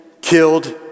killed